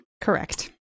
Correct